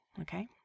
Okay